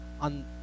on